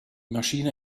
maschine